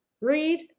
read